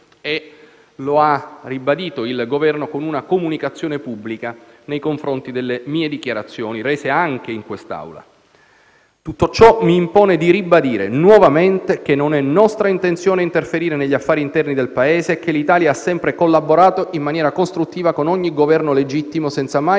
lo ha ribadito con una comunicazione pubblica nei confronti delle mie dichiarazioni rese anche in quest'Aula. Tutto ciò mi impone di ribadire nuovamente che non è nostra intenzione interferire negli affari interni del Paese e che l'Italia ha sempre collaborato in maniera costruttiva con ogni Governo legittimo, senza mai